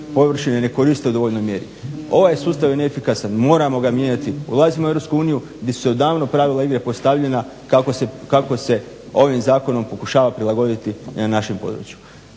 površine ne koriste u dovoljnoj mjeri. Ovaj sustav je neefikasan, moramo ga mijenjati. Ulazimo u Europsku uniju gdje su odavno pravila igre postavljena kako se ovim zakonom pokušava prilagoditi i na našem području.